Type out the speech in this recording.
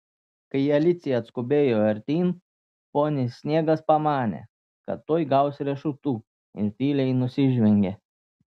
kai alicija atskubėjo artyn ponis sniegas pamanė kad tuoj gaus riešutų ir tyliai nusižvengė